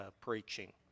preaching